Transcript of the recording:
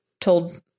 told